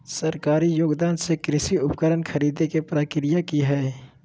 सरकारी योगदान से कृषि उपकरण खरीदे के प्रक्रिया की हय?